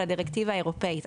על הדירקטיבה האירופאית.